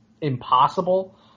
impossible